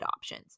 options